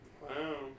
Wow